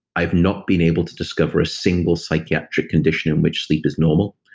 i've not been able to discover a single psychiatric condition in which sleep is normal.